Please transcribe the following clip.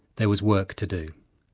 there was work to do.